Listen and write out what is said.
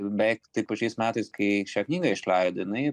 beveik tai pačiais metais kai šią knygą išleido jinai